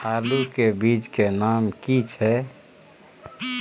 आलू के बीज के नाम की छै?